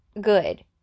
good